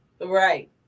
Right